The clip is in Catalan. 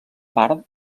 part